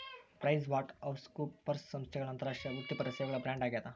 PricewaterhouseCoopers ಸಂಸ್ಥೆಗಳ ಅಂತಾರಾಷ್ಟ್ರೀಯ ವೃತ್ತಿಪರ ಸೇವೆಗಳ ಬ್ರ್ಯಾಂಡ್ ಆಗ್ಯಾದ